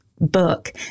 book